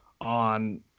on